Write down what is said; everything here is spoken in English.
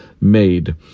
made